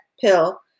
pill